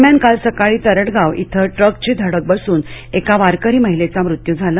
दरम्यान काल सकाळी तरडगाव श्री ट्रकची धडक बसून एका वारकरी महिलेचा मृत्यू झाला